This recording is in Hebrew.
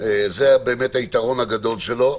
זה היתרון הגדול שלו.